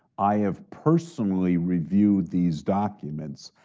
i have personally reviewed these documents,